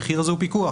המחיר הזה הוא פיקוח.